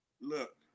Look